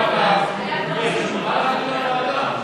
זחאלקה, בשביל מה להעביר לוועדה?